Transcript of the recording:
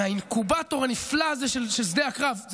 מהאינקובטור הנפלא הזה של שדה הקרב,